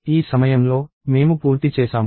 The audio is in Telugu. ఈ సమయంలో మేము పూర్తి చేసాము